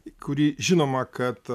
kuri žinoma kad